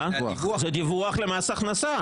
זה דיווח למס הכנסה.